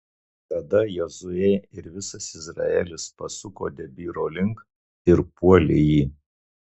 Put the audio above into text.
tada jozuė ir visas izraelis pasuko debyro link ir puolė jį